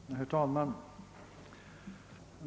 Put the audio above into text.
Herr talman!